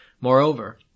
Moreover